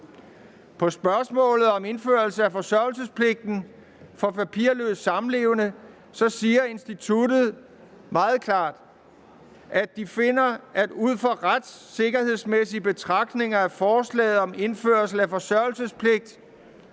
På spørgsmålet om indførelse af forsørgelsespligt for papirløst samlevende svarer instituttet meget klart, at de finder, at ud fra retssikkerhedsmæssige betragtninger bør forslaget om indførelse af forsørgelsespligt